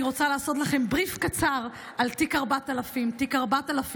אני רוצה לעשות לכם brief קצר על תיק 4000. תיק 4000,